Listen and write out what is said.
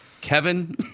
Kevin